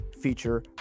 feature